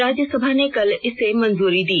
राज्यसभा ने कल इसे मंजूरी दी